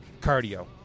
Cardio